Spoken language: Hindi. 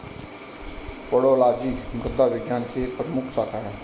पेडोलॉजी मृदा विज्ञान की एक प्रमुख शाखा है